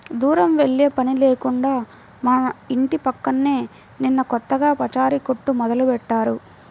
దూరం వెళ్ళే పని లేకుండా మా ఇంటి పక్కనే నిన్న కొత్తగా పచారీ కొట్టు మొదలుబెట్టారు